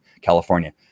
California